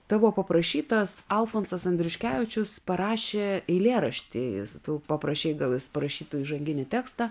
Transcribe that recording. tavo paprašytas alfonsas andriuškevičius parašė eilėraštį jis tu paprašei gal jis parašytų įžanginį tekstą